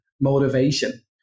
motivation